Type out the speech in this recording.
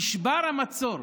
נשבר המצור.